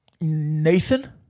Nathan